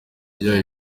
kurya